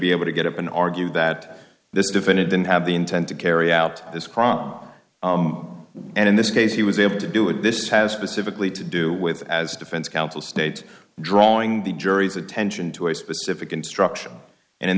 be able to get up and argue that this defendant didn't have the intent to carry out this crime and in this case he was able to do it this has been civically to do with as defense counsel state drawing the jury's attention to a specific instruction and in